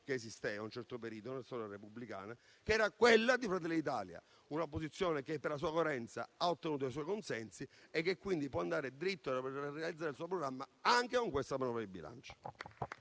esistente, per un certo periodo, nella vita repubblicana, che era quella di Fratelli d'Italia. Una opposizione che, per la sua coerenza, ha ottenuto consensi e che quindi può procedere per realizzare il suo programma, anche con questa manovra di bilancio.